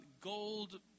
gold